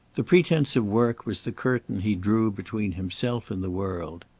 the pretence of work was the curtain he drew between himself and the world.